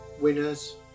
winners